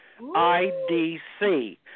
IDC